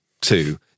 two